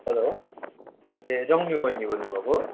hello ए जङ्गी बहिनी बोल्नु भएको हो